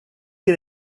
que